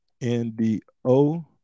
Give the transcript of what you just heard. N-D-O